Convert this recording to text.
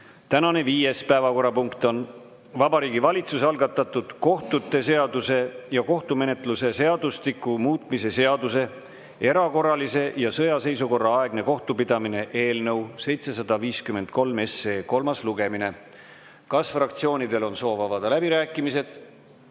Tänane viies päevakorrapunkt on Vabariigi Valitsuse algatatud kohtute seaduse ja kohtumenetluse seadustike muutmise seaduse (erakorralise ja sõjaseisukorra aegne kohtupidamine) eelnõu 753 kolmas lugemine. Kas fraktsioonidel on soov avada läbirääkimised?